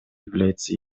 является